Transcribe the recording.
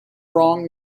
wrong